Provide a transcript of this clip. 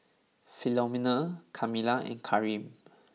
Philomene Kamilah and Kareem